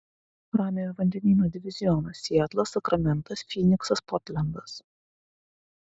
ramiojo vandenyno divizionas sietlas sakramentas fyniksas portlendas